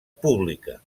pública